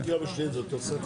זו לא חקיקה משנית, זו תוספת.